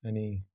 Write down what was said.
अनि